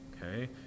okay